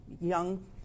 young